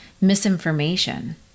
misinformation